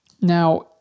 Now